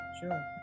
Sure